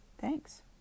Thanks